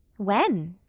when?